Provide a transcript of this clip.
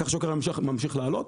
כך שיוקר המחייה ממשיך לעלות.